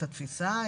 את התפיסה,